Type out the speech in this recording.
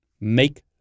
Make